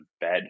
bed